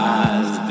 eyes